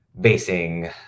Basing